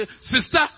sister